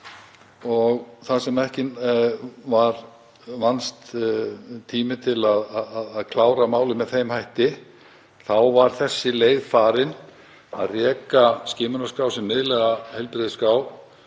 á. Þar sem ekki vannst tími til að klára málið með þeim hætti þá var þessi leið farin, að reka skimunarskrá sem miðlæga heilbrigðisskrá.